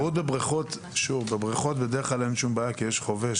תחרות בבריכות בדרך כלל אין שום בעיה כי יש חובש,